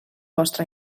vostre